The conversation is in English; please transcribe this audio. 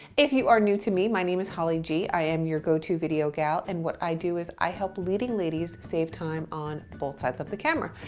if you are new to me, my name is holly g, i am your go-to video gal, and what i do is i help leading ladies save time on both sides of the camera,